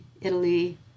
Italy